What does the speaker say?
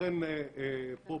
לכן פה,